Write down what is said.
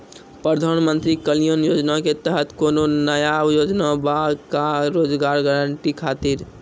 प्रधानमंत्री कल्याण योजना के तहत कोनो नया योजना बा का रोजगार गारंटी खातिर?